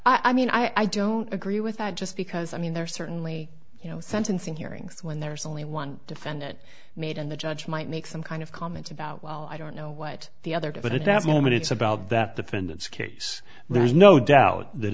i mean i don't agree with that just because i mean there are certainly you know sentencing hearings when there's only one defendant made and the judge might make some kind of comment about well i don't know what the other did but at that moment it's about that defendant's case there is no doubt that